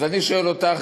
אז אני שואל אותך,